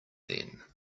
then